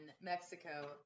Mexico